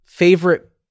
Favorite